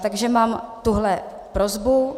Takže mám tuhle prosbu.